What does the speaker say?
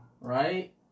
Right